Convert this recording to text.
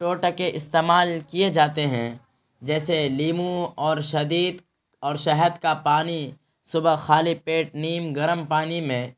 ٹوٹکے استعمال کیے جاتے ہیں جیسے لیمو اور شدید اور شہد کا پانی صبح خالی پیٹ نیم گرم پانی میں